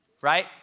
right